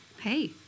Hey